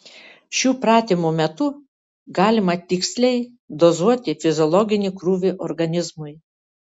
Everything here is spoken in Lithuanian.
šių pratimų metu galima tiksliai dozuoti fiziologinį krūvį organizmui